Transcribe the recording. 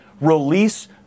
release